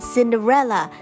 Cinderella